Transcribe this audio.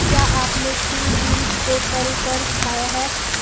क्या आपने field beans को तलकर खाया है?